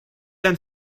and